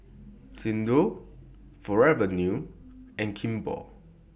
Xndo Forever New and Kimball